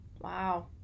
Wow